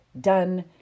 done